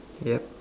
yup